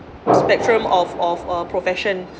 spectrum of of uh profession